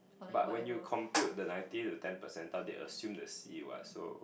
but when you convert the ninety to ten percent doubt you assume the C what so